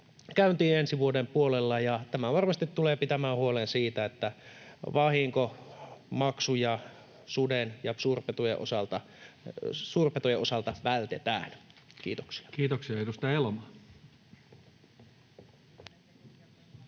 käyntiin ensi vuoden puolella. Tämä varmasti tulee pitämään huolen siitä, että vahinkomaksuja suden ja suurpetojen osalta vältetään. — Kiitoksia.